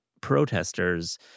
protesters